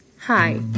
Hi